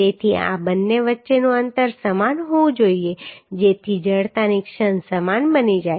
તેથી આ બંને વચ્ચેનું અંતર સમાન હોવું જોઈએ જેથી જડતાની ક્ષણ સમાન બની જાય